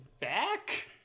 back